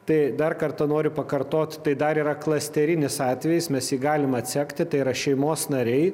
tai dar kartą noriu pakartot tai dar yra klasterinis atvejis mes jį galim atsekti tai yra šeimos nariai